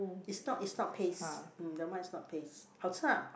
is not is not paste that one is not paste 好吃吗